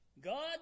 God